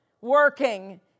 working